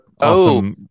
awesome